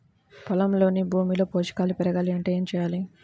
పొలంలోని భూమిలో పోషకాలు పెరగాలి అంటే ఏం చేయాలి?